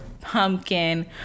pumpkin